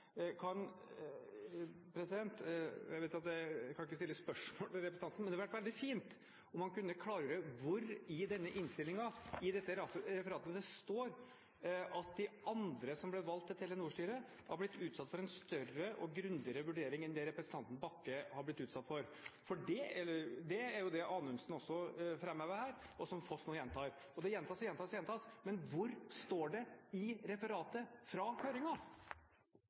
kan stille spørsmål til representanten, men det ville vært veldig fint om han kunne klargjøre hvor i denne innstillingen, i dette referatet, det står at de andre som ble valgt til Telenor-styret, har blitt utsatt for en større og grundigere vurdering enn det Bakke har blitt utsatt for. Det er jo det Anundsen også framhever her, og som Foss nå gjentar. Det gjentas og gjentas og gjentas, men hvor står det i referatet fra